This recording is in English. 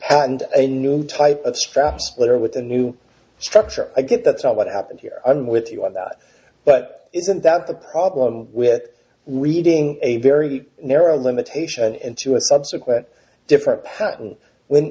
patent a new type of staff splitter with a new structure i get that's not what happened here i'm with you on that but isn't that the problem with weeding a very narrow limitation into a subsequent different patent when